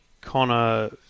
Connor